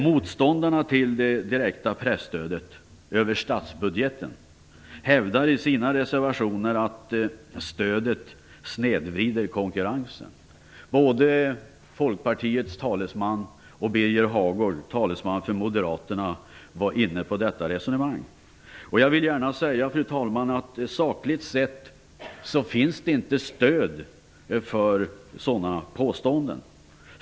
Motståndarna till det direkta presstödet över statsbudgeten hävdar i sina reservationer att stödet snedvrider konkurrensen. Både Folkpartiets talesman och Birger Hagård, talesman för Moderaterna, var inne på detta resonemang. Jag vill gärna säga, fru talman, att det sakligt sett inte finns stöd för sådana påståenden.